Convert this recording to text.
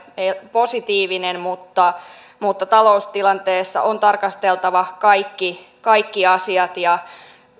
positiivinen mutta mutta taloustilanteessa on tarkasteltava kaikki kaikki asiat